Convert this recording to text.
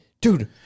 Dude